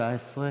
התשע-עשרה